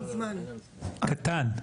קטן.